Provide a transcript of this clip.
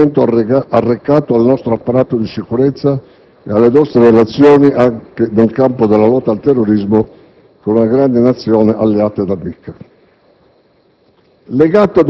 che già tanto nocumento ha arrecato al nostro apparato di sicurezza e alle nostre relazioni, anche nel campo della lotta al terrorismo, con una grande Nazione alleata e amica.